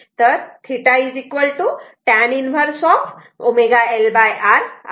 तर θ tan 1 ω L R आहे